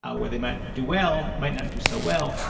ah where they might do well, might not do so well,